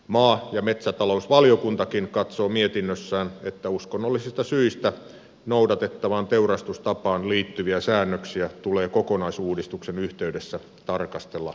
maa ja metsätalousvaliokuntakin katsoo mietinnössään että uskonnollisista syistä noudatettavaan teurastustapaan liittyviä säännöksiä tulee kokonaisuudistuksen yhteydessä tarkastella laajemmin